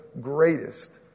greatest